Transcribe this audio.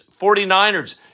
49ers